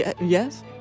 yes